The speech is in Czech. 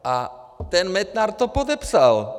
A ten Metnar to podepsal!